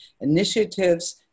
initiatives